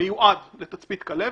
מיועד לצפית כלבת,